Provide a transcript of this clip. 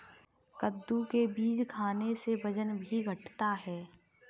कद्दू के बीज खाने से वजन भी घटता है